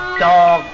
dog